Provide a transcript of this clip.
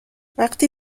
وقتی